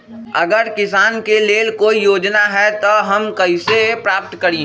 अगर किसान के लेल कोई योजना है त हम कईसे प्राप्त करी?